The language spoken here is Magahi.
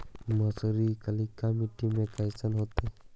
मसुरी कलिका मट्टी में कईसन होतै?